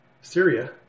Syria